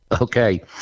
Okay